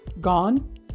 gone